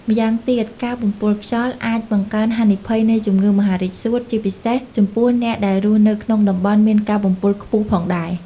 ម្យ៉ាងទៀតការបំពុលខ្យល់អាចបង្កើនហានិភ័យនៃ ជំងឺមហារីកសួត ជាពិសេសចំពោះអ្នកដែលរស់នៅក្នុងតំបន់មានការបំពុលខ្ពស់ផងដែរ។